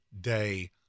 day